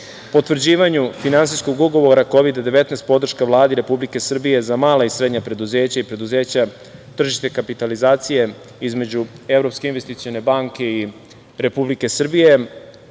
potvrđivanju Finansijskog ugovora Kovid-19 podrška Vladi Srbije za mala i srednja preduzeća i preduzeća srednje tržišne kapitalizacije između Evropske investicione banke i Republike Srbije,